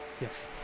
Yes